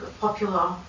popular